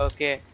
Okay